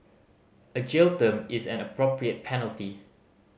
a jail term is an appropriate penalty